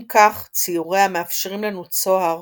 אם כך, ציוריה מאפשרים לנו צוהר